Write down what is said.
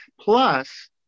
Plus